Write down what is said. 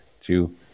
two